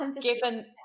given